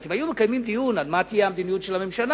אם היו מקיימים דיון על מה תהיה המדיניות של הממשלה,